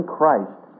Christ